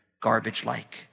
garbage-like